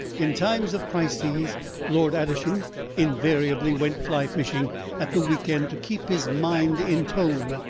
in times of crisis lord adisham invariably went fly-fishing at the week-end to keep his mind in tone,